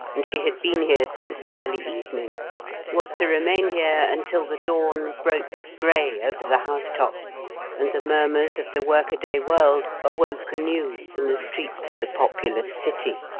and she had been here since early evening was to remain here until the dawn broke grey over the house-tops and the murmurs of the workaday world awoke anew in the streets of the populous city.